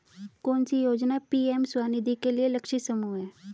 कौन सी योजना पी.एम स्वानिधि के लिए लक्षित समूह है?